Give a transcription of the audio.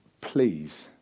Please